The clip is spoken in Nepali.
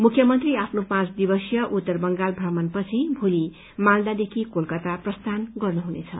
मुख्यमन्त्री आफ्नो पाँच दिवसीय उत्तर बंगाल भ्रमणपछि भोलि मालदादेखि कलकता प्रस्थान गर्नुहुनेछ